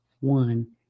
one